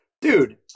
dude